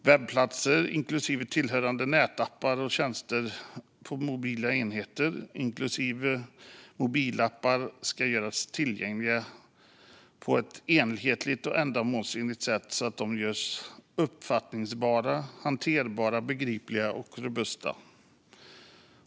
Webbplatser, inklusive tillhörande nätappar, och tjänster för mobila enheter, inklusive mobilappar, ska göras tillgängliga på ett enhetligt och ändamålsenligt sätt genom att de görs uppfattningsbara, hanterbara, begripliga och robusta.